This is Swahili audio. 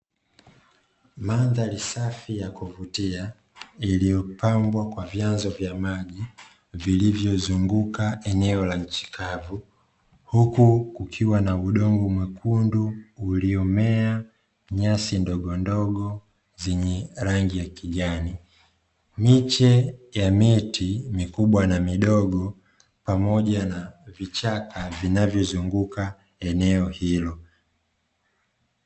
Mandhari safi ya kuvutia iliyopambwa kwa vyanzo vya maji vilivyozunguka eneo la nchi kavu, huku kukiwa na udongo mwekundu uliomea nyasi ndogondogo zenye rangi kijana, miche ya miti mikubwa na midogo pamoja na vichaka vinavyozunguka eneo hilo.